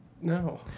No